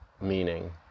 meaning